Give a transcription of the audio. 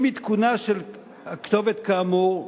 עם עדכונה של כתובת כאמור,